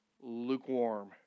Lukewarm